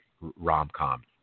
rom-com